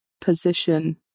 position